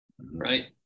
right